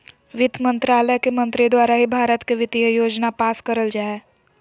वित्त मन्त्रालय के मंत्री द्वारा ही भारत के वित्तीय योजना पास करल जा हय